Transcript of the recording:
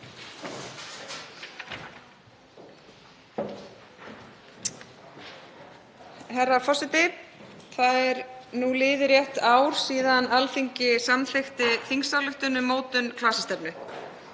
Herra forseti. Nú er liðið rétt ár síðan Alþingi samþykkti þingsályktun um mótun klasastefnu.